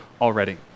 already